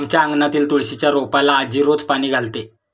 आमच्या अंगणातील तुळशीच्या रोपाला आजी रोज पाणी घालते